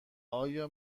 آیا